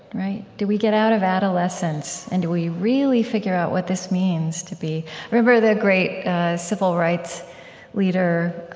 right? do we get out of adolescence? and do we really figure out what this means to be i remember the great civil rights leader